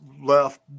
left